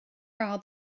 gael